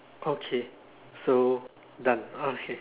okay so done okay